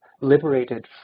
liberated